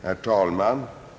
Herr talman!